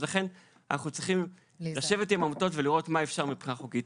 אז לכן אנחנו צריכים לשבת עם העמותות ולראות מה אפשר מבחינה חוקית.